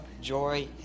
joy